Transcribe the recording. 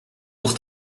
pour